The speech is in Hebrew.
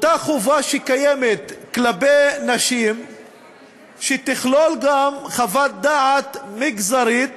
אותה חובה שקיימת כלפי נשים תכלול גם חוות דעת מגזרית